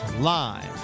live